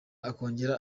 akongera